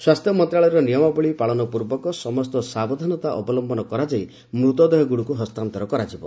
ସ୍ୱାସ୍ଥ୍ୟ ମନ୍ତ୍ରଣାଳୟର ନିୟମାବଳୀ ପାଳନପୂର୍ବକ ସମସ୍ତ ସାବଧାନତା ଅବଲମ୍ଭନ କରାଯାଇ ମୃତଦେହଗୁଡ଼ିକୁ ହସ୍ତାନ୍ତର କରାଯିବ